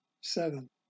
seven